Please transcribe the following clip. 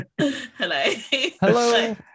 hello